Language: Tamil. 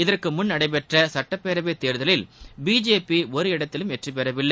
இதற்கு முன் நடைபெற்ற சுட்டப்பேரவைத் தேர்தலில் பிஜேபி ஒரு இடத்திலும் வெற்றி பெறவில்லை